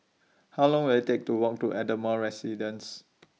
How Long Will IT Take to Walk to Ardmore Residence